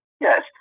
Yes